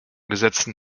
gesetzen